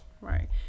Right